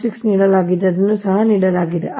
6 ನೀಡಲಾಗಿದೆ ಅದನ್ನು ಸಹ ನೀಡಲಾಗಿದೆ